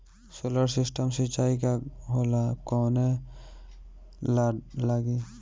Solar system सिचाई का होला कवने ला लागी?